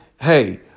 Hey